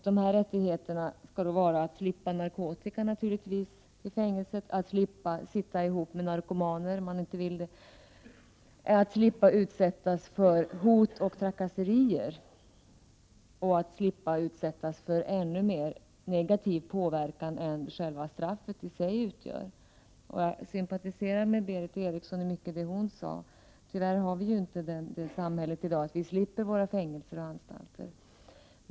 De rättigheterna skall vara: Att i fängelset slippa narkotika, naturligtvis, att slippa sitta ihop med narkomaner om man inte vill det, att slippa utsättas för hot och trakasserier och att slippa utsättas för ännu mer negativ påverkan än straffet i sig utgör. Jag sympatiserar med mycket av det Berith Eriksson sade. Tyvärr har vi i dag inte ett sådant samhälle att vi kan slippa våra fängelser och anstalter.